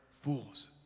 fools